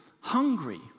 Hungry